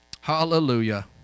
Hallelujah